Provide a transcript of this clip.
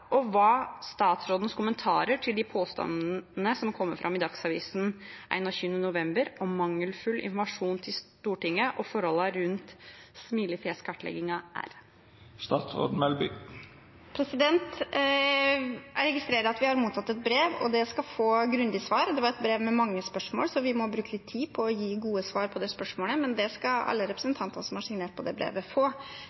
og hva statsrådens kommentarer til de påstandene som kommer fram i Dagsavisen 21. november om mangelfull informasjon til Stortinget og forholdene rundt smilefjeskartleggingen, er. Jeg registrerer at vi har mottatt et brev, og det skal få et grundig svar. Det var et brev med mange spørsmål, så vi må bruke litt tid på å gi gode svar på de spørsmålene, men det skal alle